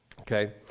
Okay